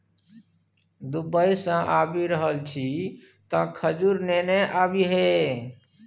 Dubai सँ आबि रहल छी तँ खजूर नेने आबिहे